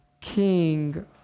king